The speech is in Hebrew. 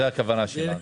זו הכוונה שלנו.